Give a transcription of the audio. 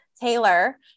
taylor